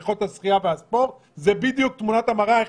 בריכות השחייה והספורט היא בדיוק תמונת המראה של איך